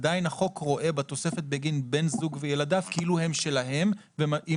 עדיין החוק רואה בתוספת בגין בן זוג וילדיו כאילו הם שלהם והם